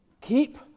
Keep